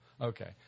Okay